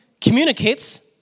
communicates